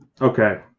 Okay